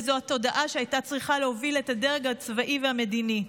וזו התודעה שהייתה צריכה להוביל את הדרג הצבאי והמדיני.